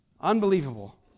Unbelievable